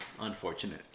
Unfortunate